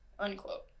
Unquote